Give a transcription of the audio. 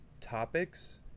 topics